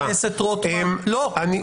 לא,